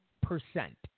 percent